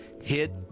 hit